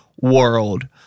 world